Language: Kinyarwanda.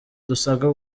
dusabwa